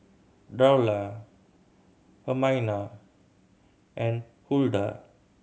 Darla Hermina and Huldah